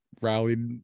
rallied